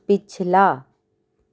ਪਿਛਲਾ